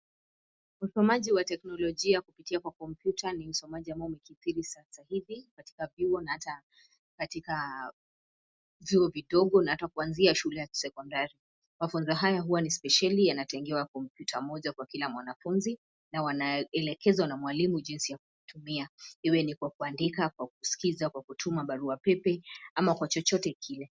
Usomaji wa teknolojia kupitia kwa kompyuta ni usomaji ambao umekithiri sasa hivi, katika vyuo na hata katika vyuo vidogo na hata kuanzia shule ya kisekondari. Mafunzo haya huwa ni spesheli, yanatengewa kompyuta moja kwa kila mwanafunzi na wanaelekezwa na mwalimu jinsi ya kutumia, iwe ni kwa kuandika, kwa kusikiza, kwa kutuma barua pepe ama kwa chochote kile.